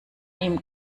ihm